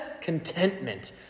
contentment